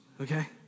okay